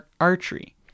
archery